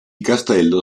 castello